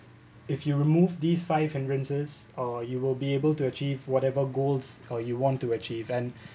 if you remove these five hindrances or you will be able to achieve whatever goals or you want to achieve and